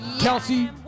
Kelsey